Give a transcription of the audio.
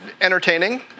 entertaining